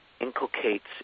inculcates